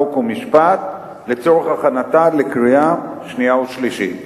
חוק ומשפט לצורך הכנתה לקריאה שנייה וקריאה שלישית.